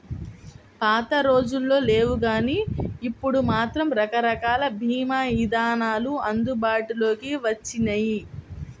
పాతరోజుల్లో లేవుగానీ ఇప్పుడు మాత్రం రకరకాల భీమా ఇదానాలు అందుబాటులోకి వచ్చినియ్యి